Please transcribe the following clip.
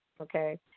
Okay